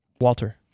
Walter